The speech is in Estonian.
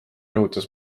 rõhutas